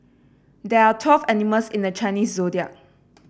there are twelve animals in the Chinese Zodiac